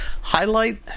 highlight